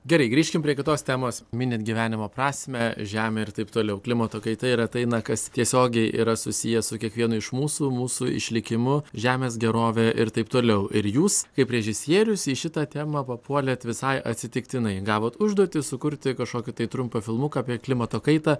gerai grįžkim prie kitos temos minint gyvenimo prasmę žemę ir taip toliau klimato kaita ir ateina kas tiesiogiai yra susiję su kiekvienu iš mūsų mūsų išlikimu žemės gerove ir taip toliau ir jūs kaip režisierius į šitą temą papuolėt visai atsitiktinai gavot užduotį sukurti kažkokį tai trumpą filmuką apie klimato kaitą